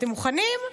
אתם מוכנים?